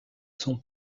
son